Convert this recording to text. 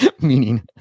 Meaning